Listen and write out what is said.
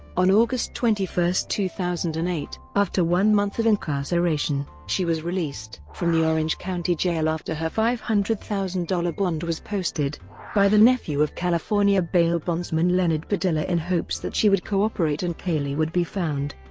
on august twenty one, two thousand and eight, after one month of incarceration, she was released from the orange county jail after her five hundred thousand dollars bond was posted by the nephew of california bail bondsman leonard padilla in hopes that she would cooperate and caylee would be found.